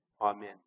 Amen